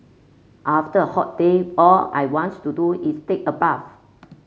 after a hot day all I wants to do is take a bath